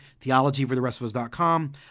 theologyfortherestofus.com